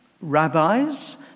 rabbis